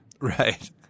Right